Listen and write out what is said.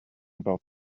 about